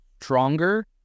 stronger